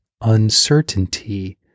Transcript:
uncertainty